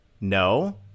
no